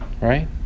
right